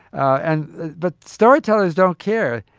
and but storytellers don't care.